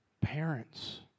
parents